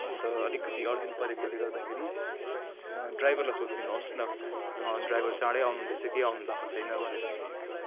अन्त अलिकति अर्जेन्ट परेकोले गर्दाखेरि ड्राइभरलाई सोधिदिनु होस् न ड्राइभर चाँडै आउनुहुँदैछ कि आउनुभएको छैन भनेर